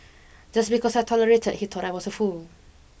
just because I tolerated he thought I was a fool